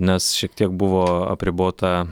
nes šiek tiek buvo apribota